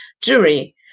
jury